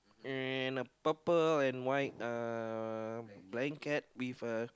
and a purple and white uh blanket with a